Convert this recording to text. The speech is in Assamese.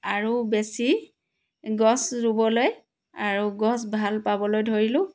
আৰু বেছি গছ ৰুবলৈ আৰু গছ ভাল পাবলৈ ধৰিলোঁ